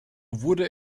wurde